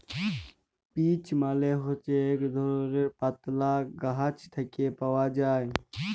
peach মালে হছে ইক ধরলের পাতলা গাহাচ থ্যাকে পাউয়া যায়